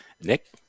Nick